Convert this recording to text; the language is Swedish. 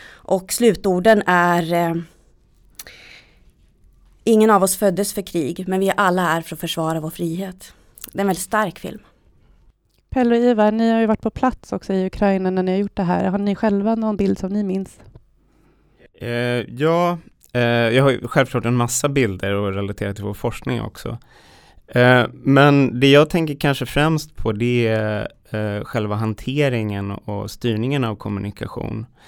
Och slutorden är, eh, ingen av oss föddes för krig, men vi är alla här för att försvara vår frihet. Det är en väldigt stark film. Pelle och Ivar, ni har ju varit på plats också i Ukraina när ni har gjort det här. Har ni själva någon bild som ni minns? Eh, ja, eh, jag har ju självklart en massa bilder och relaterat till vår forskning också. Eh, men det jag tänker kanske främst på, det är, eh, själva hanteringen och styrningen av kommunikation.